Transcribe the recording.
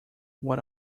what